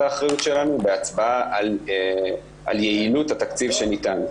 האחריות שלנו בהצבעה על יעילות התקציב שניתן.